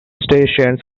stations